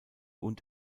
und